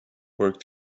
work